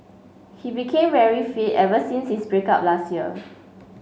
he became very fit ever since his break up last year